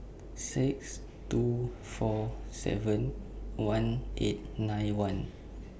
six two four seven one eight nine one